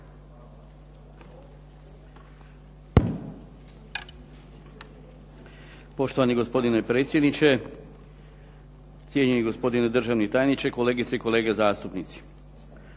Poštovani gospodine predsjedniče, cijenjeni gospodine državni tajniče, kolegice i kolege zastupnici.